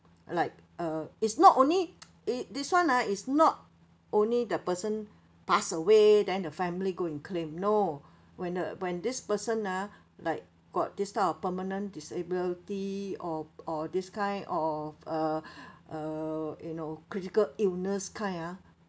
like uh it's not only eh this [one] ah is not only the person pass away then the family go and claim no when a when this person ah like got this type of permanent disability or or this kind of uh uh you know critical illness kind ah